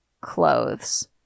clothes